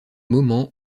moment